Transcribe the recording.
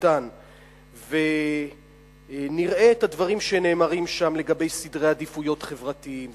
בכללותן ונראה את הדברים שנאמרים שם לגבי סדרי עדיפויות חברתיים,